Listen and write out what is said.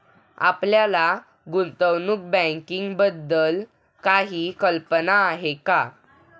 आपल्याला गुंतवणूक बँकिंगबद्दल काही कल्पना आहे का?